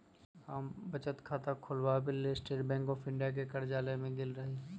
हम बचत खता ख़ोलबाबेके लेल स्टेट बैंक ऑफ इंडिया के कर्जालय में गेल रही